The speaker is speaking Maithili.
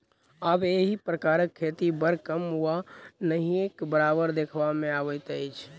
आब एहि प्रकारक खेती बड़ कम वा नहिके बराबर देखबा मे अबैत अछि